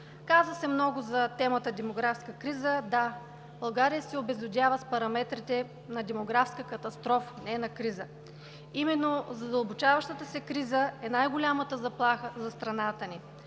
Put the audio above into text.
Каза се много по темата „демографска криза“. Да, България се обезлюдява с параметрите на демографска катастрофа, а не на криза. Именно задълбочаващата се криза е най-голямата заплаха за страната ни.